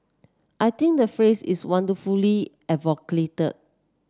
I think the phrase is wonderfully evocative